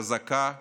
חזקה וצודקת.